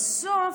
בסוף,